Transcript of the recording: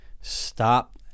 Stop